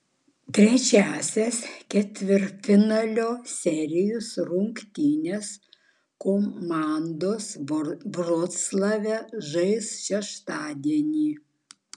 trečiąsias ketvirtfinalio serijos rungtynes komandos vroclave žais šeštadienį